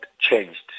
changed